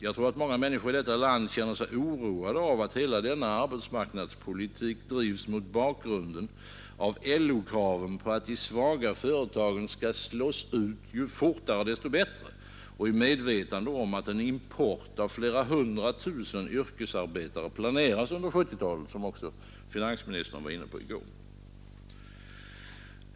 Jag tror att många människor i detta land känner sig oroade av att hela denna arbetsmarknadspolitik drivs mot bakgrund av LO-kraven på att de svaga företagen skall slås ut, ju fortare desto bättre, och i medvetande om att en import av flera hundra tusen yrkesarbetare planeras under 1970-talet, något som också finansministern var inne på i går.